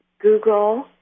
Google